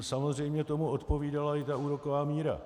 Samozřejmě tomu odpovídala i úroková míra.